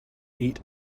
eat